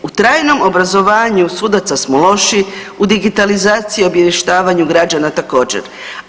U trajnom obrazovanju sudaca smo lošiji, u digitalizaciji i obavještavanju građana također.